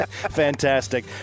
Fantastic